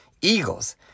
Eagles